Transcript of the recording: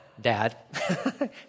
Dad